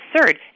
absurd